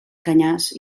canyars